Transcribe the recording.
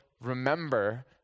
remember